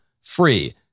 free